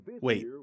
Wait